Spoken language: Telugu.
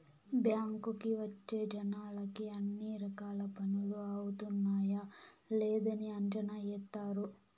బ్యాంకుకి వచ్చే జనాలకి అన్ని రకాల పనులు అవుతున్నాయా లేదని అంచనా ఏత్తారు